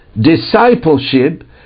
discipleship